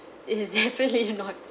is definitely not